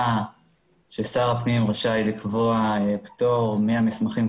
ששר הפנים רשאי לקבוע פטור מהמסמכים,